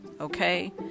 Okay